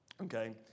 Okay